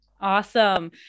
Awesome